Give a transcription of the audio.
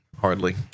Hardly